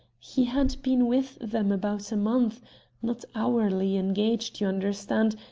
he had been with them about a month not hourly engaged, you understand,